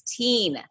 16